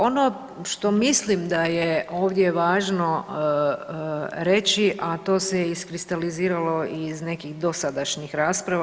Ono što mislim da je ovdje važno reći a to se iskristaliziralo iz nekih dosadašnjih rasprava.